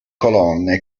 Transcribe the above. colonne